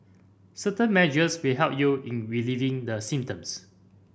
certain measures will help you in relieving the symptoms